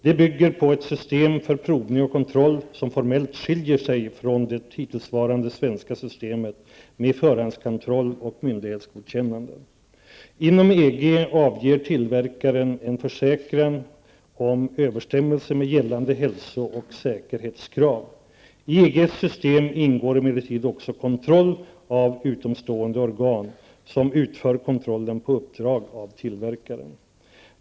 Det bygger på ett system för provning och kontroll, som formellt skiljer sig från det hittillsvarande svenska systemet med förhandskontroll och myndighetsgodkännanden. Inom EG avger tillverkaren en försäkran om överensstämmelse med gällande hälso och säkerhetskrav. I EGs system ingår emellertid också kontroll av utomstående organ, som utför kontrollen på uppdrag av tillverkaren.